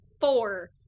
Four